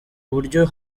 uburyo